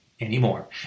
anymore